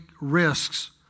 risks